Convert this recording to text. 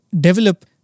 develop